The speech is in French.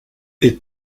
est